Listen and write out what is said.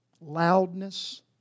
loudness